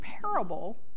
parable